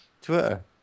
Twitter